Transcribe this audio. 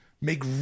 make